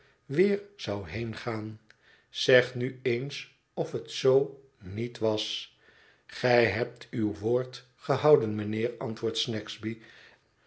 weer zou heengaan zeg nu eens of het zoo niet was gij hebt uw woord gehouden mijnheer antwoordt